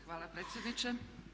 Hvala predsjedniče.